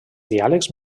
diàlegs